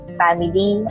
family